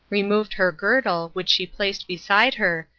removed her girdle, which she placed beside her,